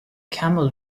camel